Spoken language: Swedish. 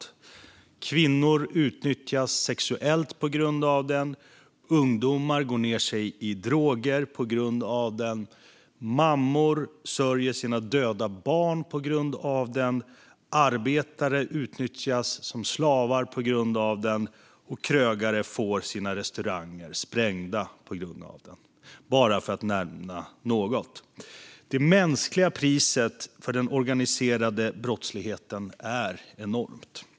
En stärkt rättsprocess och en ökad lagföring Kvinnor utnyttjas sexuellt på grund av den, ungdomar går ned sig i droger på grund av den, mammor sörjer sina döda barn på grund av den, arbetare utnyttjas som slavar på grund av den och krögare får sina restauranger sprängda på grund av den - för att bara nämna något. Det mänskliga priset för den organiserade brottsligheten är enormt.